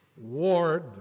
ward